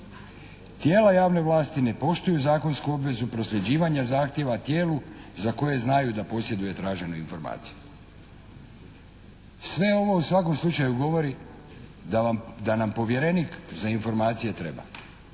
Tijela javne vlasti ne poštuju zakonsku obvezu prosljeđivanja zahtjeva tijelu za koje znaju da posjeduje traženu informaciju." Sve ovo u svakom slučaju govori da nam povjerenik za informacije treba.